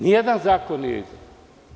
Nijedan zakon nije idealan.